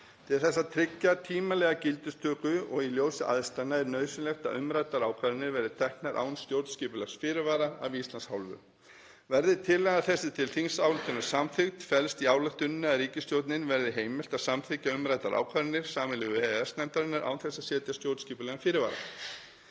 Til þess að tryggja tímanlega gildistöku og í ljósi aðstæðna er nauðsynlegt að umræddar ákvarðanir verði teknar án stjórnskipulegs fyrirvara af Íslands hálfu. Verði tillaga þessi til þingsályktunar samþykkt felst í ályktuninni að ríkisstjórninni verði heimilt að samþykkja umræddar ákvarðanir sameiginlegu EES-nefndarinnar án þess að setja stjórnskipulegan fyrirvara.